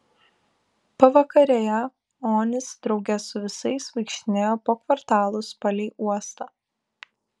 pavakarėje onis drauge su visais vaikštinėjo po kvartalus palei uostą